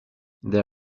they